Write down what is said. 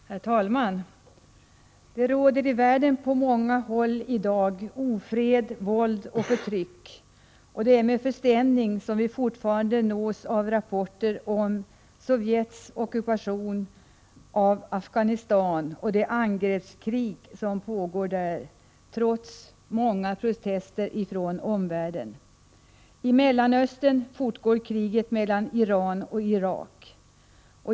Herr talman! På många håll i världen råder det i dag ofrihet, våld och förtryck. Det är med förstämning som vi fortfarande nås av rapporter om Sovjets ockupation av Afghanistan och det angreppskrig som där pågår, trots åtskilliga protester från omvärlden. I Mellanöstern fortgår kriget mellan Iran och Irak.